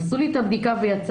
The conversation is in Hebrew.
עשו לי את הבדיקה ויצאתי,